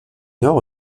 nord